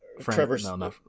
Trevor